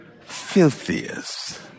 filthiest